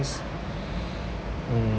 mm